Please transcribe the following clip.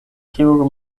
kiu